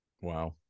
Wow